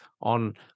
on